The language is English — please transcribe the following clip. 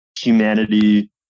humanity